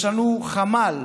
יש לנו ממש חמ"ל